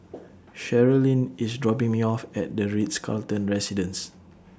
Sherlyn IS dropping Me off At The Ritz Carlton Residences